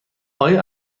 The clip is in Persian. آیا